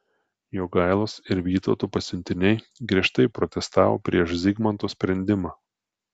jogailos ir vytauto pasiuntiniai griežtai protestavo prieš zigmanto sprendimą